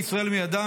והושיעו ישראל מידם,